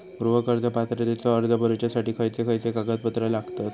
गृह कर्ज पात्रतेचो अर्ज भरुच्यासाठी खयचे खयचे कागदपत्र लागतत?